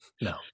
no